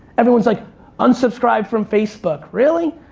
everyone's like unsubscribe from facebook. really?